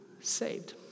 saved